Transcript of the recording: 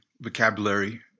vocabulary